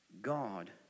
God